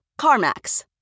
CarMax